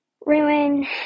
ruin